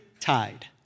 tied